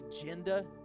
agenda